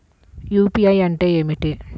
UPI అంటే ఏమిటీ?